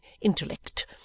intellect